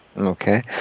Okay